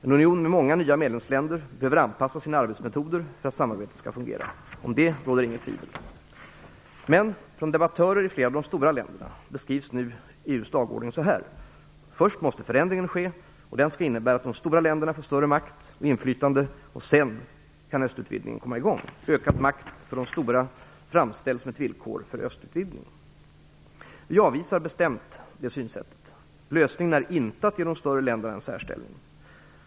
En union med många nya medlemsländer behöver anpassa sina arbetsmetoder för att samarbetet skall fungera. Om det råder inget tvivel. Men från debattörer i flera av de stora länderna beskrivs nu EU:s dagordning så här: Först måste förändringen ske, och den skall innebära att de stora länderna får större makt och inflytande, och sedan kan östutvidgningen komma i gång. Ökad makt för de stora framställs som ett villkor för östutvidgningen. Vi avvisar bestämt detta synsätt. Lösningen är inte att ge de större länderna en särställning.